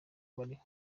bariho